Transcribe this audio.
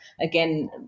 again